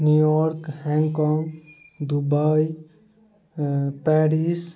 New York Hong Kong Dubai Paris